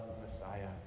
Messiah